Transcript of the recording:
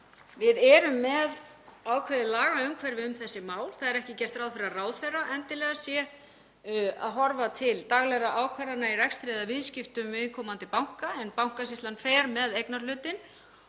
Við erum með ákveðið lagaumhverfi um þessi mál. Það er ekki er gert ráð fyrir að ráðherra sé endilega að horfa til daglegra ákvarðana í rekstri eða viðskiptum viðkomandi banka en Bankasýslan fer með eignarhlutinn.